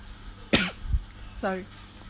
sorry